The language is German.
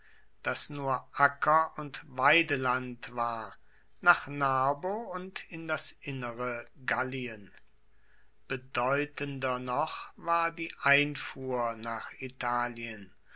das nur acker und weideland war nach narbo und in das innere gallien bedeutender noch war die einfuhr nach italien